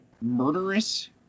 murderous